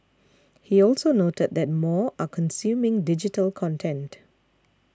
he also noted that more are consuming digital content